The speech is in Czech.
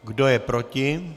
Kdo je proti?